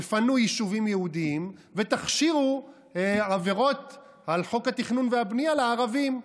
תפנו יישובים יהודיים ותכשירו עבירות על חוק התכנון והבנייה לערבים.